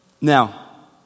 Now